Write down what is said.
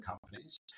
companies